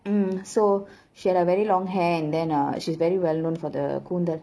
mm so she had a very long hair and then uh she's very well known for the koonthal